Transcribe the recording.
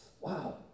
Wow